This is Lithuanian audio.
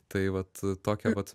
tai vat tokie vat